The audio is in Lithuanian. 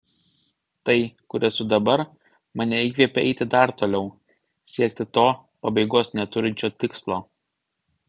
tai kur esu dabar mane įkvepia eiti dar toliau siekti to pabaigos neturinčio tikslo